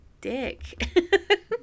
dick